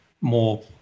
more